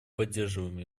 поддерживаем